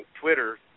Twitter